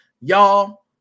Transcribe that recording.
y'all